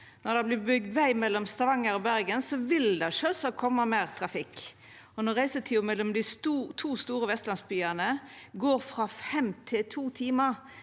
Når det vert bygd veg mellom Stavanger og Bergen, vil det sjølvsagt koma meir trafikk, og når reisetida mellom dei to store vestlandsbyane går frå fem til to timar,